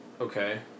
Okay